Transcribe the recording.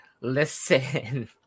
listen